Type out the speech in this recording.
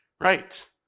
Right